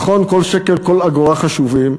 נכון, כל שקל, כל אגורה חשובים.